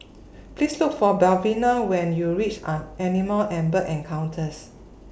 Please Look For Melvina when YOU REACH An Animal and Bird Encounters